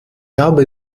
habe